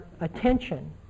attention